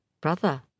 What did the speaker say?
Brother